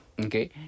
Okay